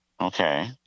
Okay